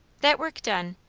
that work done,